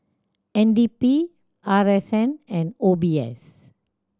N D P R S N and O B S